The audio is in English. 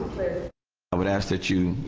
i would ask that you